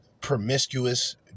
promiscuous